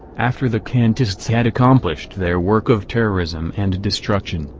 after the kantists had accomplished their work of terrorism and destruction,